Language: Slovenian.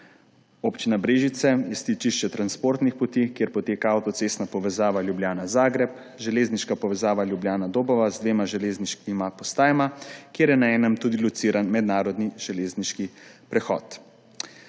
Občina Brežice je stičišče transportnih poti, kjer poteka avtocestna povezava Ljubljana–Zagreb, železniška povezava Ljubljana–Dobova z dvema železniškima postajama, kjer je na enem lociran tudi mednarodni železniški prehod.